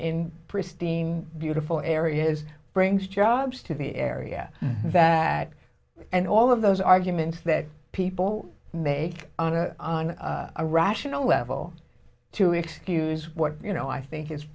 in pristine beautiful areas brings jobs to the area bad and all of those arguments that people make on a on a rational level to excuse what you know i think i